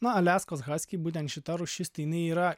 na aliaskos haskiai būtent šita rūšis tai jinai yra